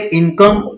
income